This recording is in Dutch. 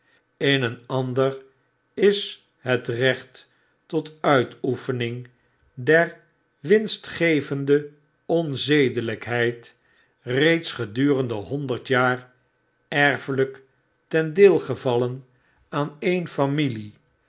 in een ander is het recht tot uitoefening der winstevende onzedelykheid reeds gedurende honderd jaar erfelijk ten deelgevallen aan en familie